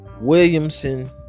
Williamson